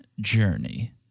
journey